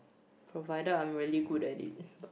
no matter I really good audit